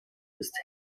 ist